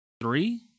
three